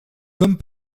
comme